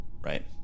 Right